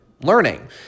learning